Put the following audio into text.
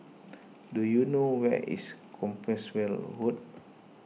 do you know where is Compassvale Road